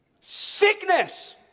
sickness